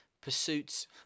pursuits